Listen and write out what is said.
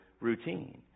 routine